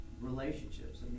relationships